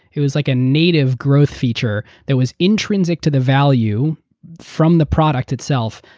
it was like a native growth feature that was intrinsic to the value from the product itself,